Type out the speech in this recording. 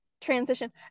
transition